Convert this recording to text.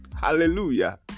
hallelujah